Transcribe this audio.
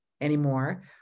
anymore